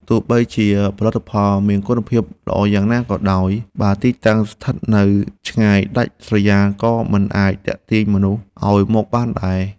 ទោះបីជាផលិតផលមានគុណភាពល្អយ៉ាងណាក៏ដោយ បើទីតាំងស្ថិតនៅឆ្ងាយដាច់ស្រយាលក៏មិនអាចទាក់ទាញមនុស្សឱ្យមកបានដែរ។